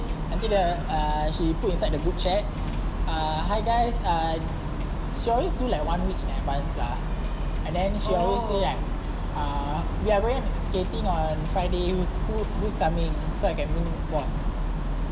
I think nanti dia uh she put inside the group chat uh hi guys uh she alway do like one week in advance lah and then she alway said like uh we are going to skating on friday who's coming so I go on board